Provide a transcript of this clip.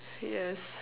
yes